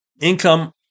income